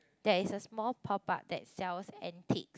that is a small pop up that sells antique